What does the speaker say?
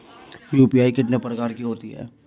UPI कितने प्रकार की होती हैं?